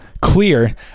clear